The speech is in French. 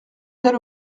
tel